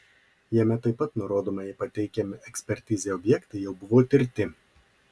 jame taip pat nurodoma jei pateikiami ekspertizei objektai jau buvo tirti